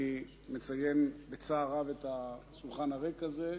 אני מציין בצער רב את השולחן הריק הזה.